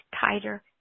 tighter